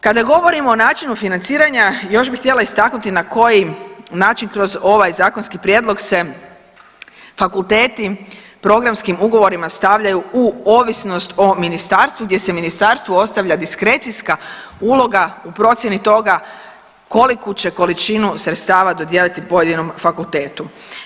Kada govorimo o načinu financiranja još bih htjela istaknuti na koji način kroz ovaj zakonski prijedlog se fakulteti programskim ugovorima stavljaju u ovisnost o ministarstvu gdje se ministarstvu ostavlja diskrecijska uloga u procjeni toga koliku će količinu sredstava dodijeliti pojedinom fakultetu.